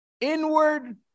inward